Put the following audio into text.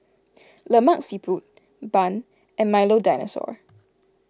Lemak Siput Bun and Milo Dinosaur